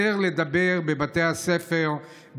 יותר לדבר בבתי הספר,